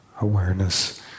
awareness